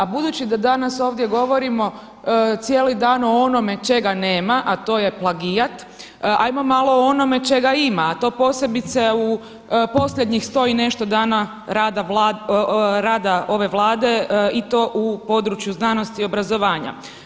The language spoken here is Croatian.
A budući da danas ovdje govorimo cijeli dan o onome čega nema a to je plagijat ajmo malo o onome čega ima a to posebice u posljednjih 100 i nešto dana rada ove Vlade i to u području znanosti i obrazovanja.